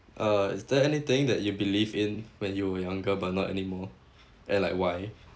uh is there anything that you believe in when you were younger but not anymore and like why